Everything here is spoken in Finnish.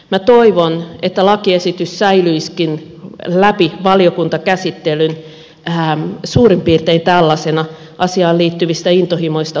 minä toivon että lakiesitys säilyisikin läpi valiokuntakäsittelyn suurin piirtein tällaisena asiaan liittyvistä intohimoista huolimatta